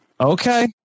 Okay